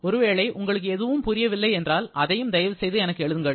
ஒருவேளை உங்களுக்கு எதுவும் புரியவில்லை என்றால் அதையும் தயவுசெய்து எனக்கு எழுதுங்கள்